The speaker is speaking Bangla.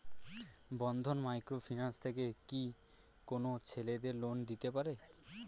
বন্ধন মাইক্রো ফিন্যান্স থেকে কি কোন ছেলেদের লোন দিতে পারে?